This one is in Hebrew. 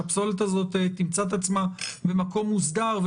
שהפסולת הזאת תמצא את עצמה במקום מוסדר,